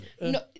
No